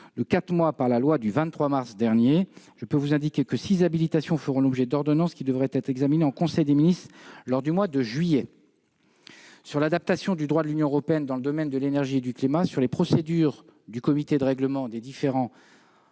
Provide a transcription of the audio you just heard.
de quatre mois par la loi du 23 mars dernier. Six habilitations feront l'objet d'ordonnances qui devraient être examinées en conseil des ministres au mois de juillet prochain. Elles portent sur l'adaptation du droit de l'Union européenne dans le domaine de l'énergie et du climat, sur les procédures du comité de règlement des différends